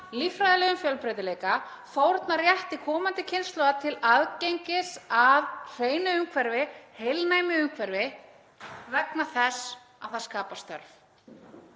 líffræðilegum fjölbreytileika, fórna rétti komandi kynslóða til aðgengis að hreinu umhverfi, heilnæmu umhverfi, vegna þess að það skapar störf.